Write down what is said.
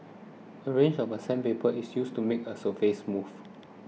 a range of sandpaper is used to make the surface smooth